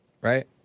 right